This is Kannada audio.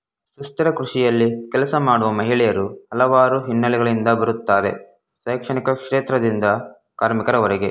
ಸುಸ್ಥಿರ ಕೃಷಿಯಲ್ಲಿ ಕೆಲಸ ಮಾಡುವ ಮಹಿಳೆಯರು ಹಲವಾರು ಹಿನ್ನೆಲೆಗಳಿಂದ ಬರುತ್ತಾರೆ ಶೈಕ್ಷಣಿಕ ಕ್ಷೇತ್ರದಿಂದ ಕಾರ್ಮಿಕರವರೆಗೆ